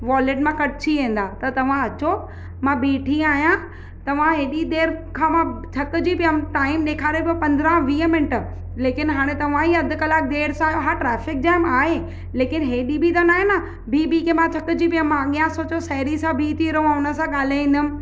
wallet मां कटि थी वेंदा त तव्हां अचो मां बीठी आहियां तव्हां हेॾी देरि खां मां थकिजी पियुमि टाइम ॾेखारे पियो पंद्रहां वीह मिंट लेकिनि हाणे तव्हां ई अधु कलाकु देरि सां हा ट्राफ़िक जाम आहे लेकिनि हेॾी बि त नाहे न बीहु बीहु की मां थकिजी पियुमि मां अॻियां सोचियो साहेड़ी सां बीहु थी रहां हुन सां ॻाल्हाईंदमि